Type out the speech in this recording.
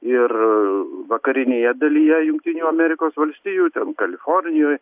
ir vakarinėje dalyje jungtinių amerikos valstijų kalifornijoj